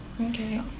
Okay